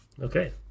Okay